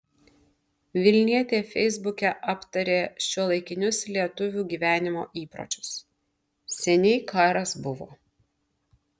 vilnietė feisbuke aptarė šiuolaikinius lietuvių gyvenimo įpročius seniai karas buvo